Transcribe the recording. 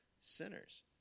sinners